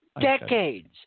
Decades